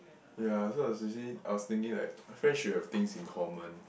ya so I was actually I was thinking like friends should have things in common